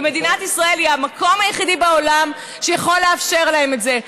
מדינת ישראל היא המקום היחיד בעולם שיכול לאפשר להן את זה.